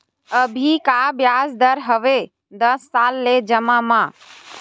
अभी का ब्याज दर हवे दस साल ले जमा मा?